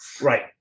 Right